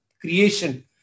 creation